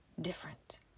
different